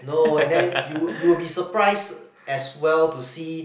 no and then you you will be surprise as well to see